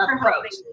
approach